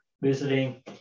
visiting